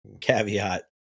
caveat